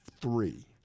three